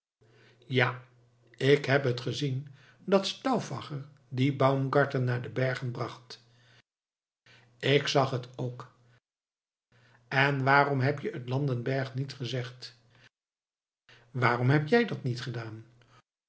ja ik heb het gezien dat stauffacher dien baumgarten naar de bergen bracht ik zag het ook en waarom heb je het landenberg niet gezegd waarom heb jij dat niet gedaan